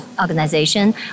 organization